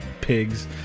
pigs